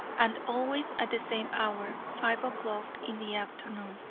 and always at the same hour, five o'clock in the afternoon.